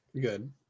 Good